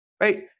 Right